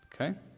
okay